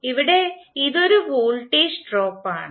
ഇവിടെ ഇത് ഒരു വോൾട്ടേജ് ഡ്രോപ്പ് ആണ്